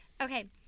Okay